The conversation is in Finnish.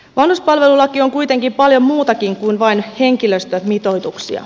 vanhuspalvelulaki on kuitenkin paljon muutakin kuin vain henkilöstömitoituksia